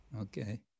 Okay